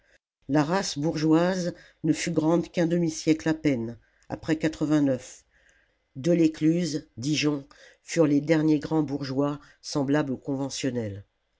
la commune race bourgeoise ne fut grande qu'un demi-siècle à peine après elescluze ijon furent les derniers grands bourgeois semblables aux conventionnels